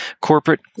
Corporate